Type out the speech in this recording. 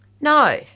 No